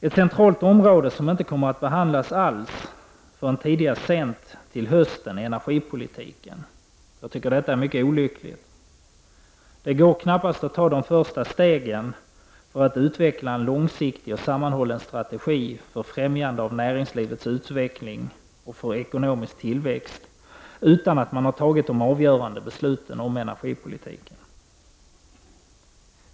Ett centralt område som inte kommer att behandlas alls förrän sent i höst är energipolitiken. Det är mycket olyckligt. Det går knappast att ta de första | stegen för att utveckla en långsiktig och sammanhållen strategi för att främja | näringslivets utveckling och ekonomisk tillväxt utan att man har fattat de av görande besluten om energipolitiken.